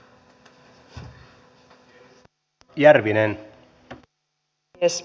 arvoisa puhemies